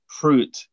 fruit